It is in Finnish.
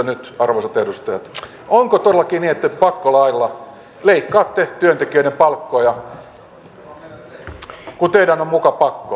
onko todellakin niin että te pakkolailla leikkaatte työntekijöiden palkkoja kun teidän on muka pakko